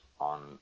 on